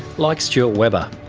like stuart webber,